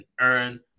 earn